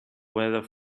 weather